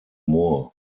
more